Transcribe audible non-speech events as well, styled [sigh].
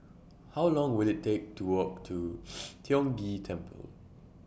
How Long Will IT Take to Walk to [noise] Tiong Ghee Temple